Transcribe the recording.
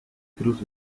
cruz